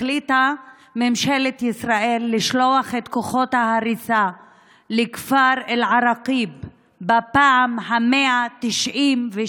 החליטה ממשלת ישראל לשלוח את כוחות ההריסה לכפר אל-עראקיב בפעם ה-196.